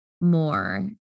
more